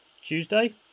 tuesday